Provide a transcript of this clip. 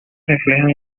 reflejan